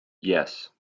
yes